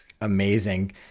amazing